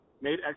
made